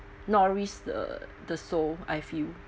the the soul I feel